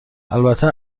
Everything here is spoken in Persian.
البته